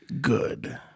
good